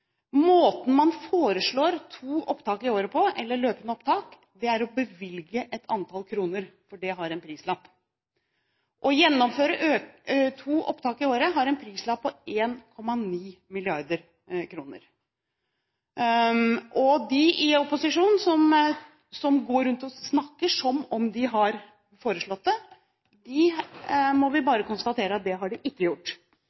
Måten man foreslår to opptak i året eller løpende opptak på, er å bevilge et antall kroner – for det har en prislapp. Å gjennomføre to opptak i året har en prislapp på 1,9 mrd. kr. Når de i opposisjonen går rundt og snakker som om de har foreslått det, må vi bare konstatere at det har de ikke gjort.